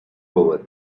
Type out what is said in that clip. power